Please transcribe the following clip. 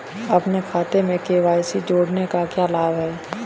अपने खाते में के.वाई.सी जोड़ने का क्या लाभ है?